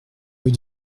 rue